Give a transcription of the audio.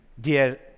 Dear